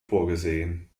vorgesehen